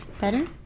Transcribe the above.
Better